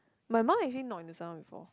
my mum actually knocked into someone before